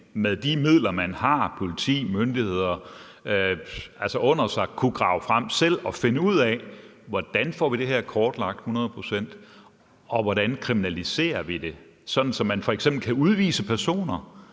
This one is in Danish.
med de midler, man råder over – politi, myndigheder – kunnet grave frem selv og finde ud af, hvordan vi får det her kortlagt hundrede procent, og hvordan vi kriminaliserer det, sådan at man f.eks. kan udvise personer,